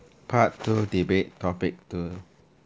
part two debate topic two